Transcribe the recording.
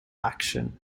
action